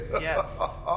Yes